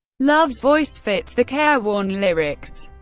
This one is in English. love's voice fits the careworn lyrics,